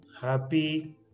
happy